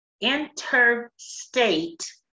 interstate